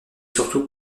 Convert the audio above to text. surtout